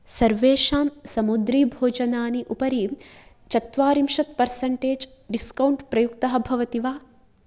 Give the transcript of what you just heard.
सर्वेषां समुद्रीभोजनानि उपरि चत्वारिंशत् पर्सेन्टेज् डिस्कौण्ट् प्रयुक्तः भवति वा